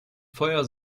feuer